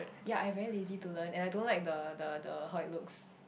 ya I very lazy to learn and I don't like the the the how it looks